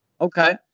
Okay